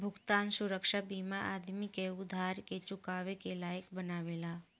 भुगतान सुरक्षा बीमा आदमी के उधार के चुकावे के लायक बनावेला